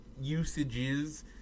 usages